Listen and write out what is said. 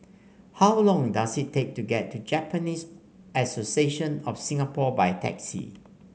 how long does it take to get to Japanese Association of Singapore by taxi